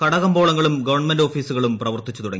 കട കമ്പോളങ്ങളും ഗവൺമെന്റ് ഓഫീസുകളും പ്രവർത്തിച്ചു തുടങ്ങി